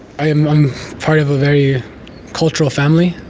i am i'm part of a very cultural family